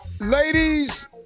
Ladies